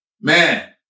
man